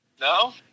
no